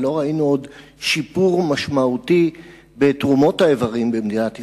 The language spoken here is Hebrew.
ועוד לא ראינו שיפור משמעותי בתרומות האיברים במדינת ישראל,